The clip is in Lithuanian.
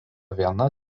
viena